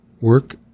work